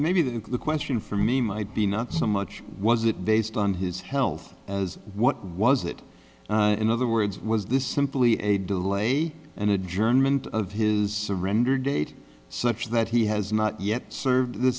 maybe the question for me might be not so much was it based on his health what was it in other words was this simply a delay and adjournment of his surrender date such that he has not yet served the